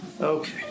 Okay